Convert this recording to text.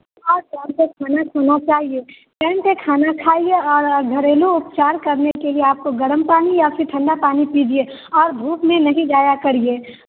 और टाइम से खाना खाना चाहिए टाइम से खाना खाइए और घरेलू उपचार करने के लिए आपको गर्म पानी या फिर ठंडा पानी पीजिए और धूप में नहीं जाया करिए